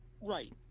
Right